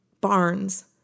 barns